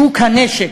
שוק הנשק,